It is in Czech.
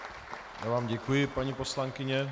Já vám děkuji, paní poslankyně.